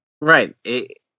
Right